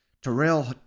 Terrell